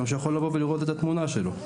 שהוא יכול לבוא ולראות את התמונה שלו.